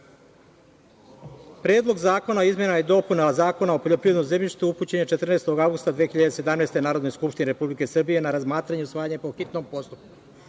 Srbiji. Predlog zakona o izmenama i dopunama Zakona o poljoprivrednom zemljištu upućen je 14. avgusta 2017. godine Narodnoj skupštini Republike Srbije na razmatranje i usvajanje po hitnom postupku,